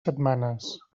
setmanes